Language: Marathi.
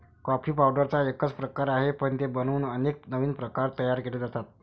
कॉफी पावडरचा एकच प्रकार आहे, पण ते बनवून अनेक नवीन प्रकार तयार केले जातात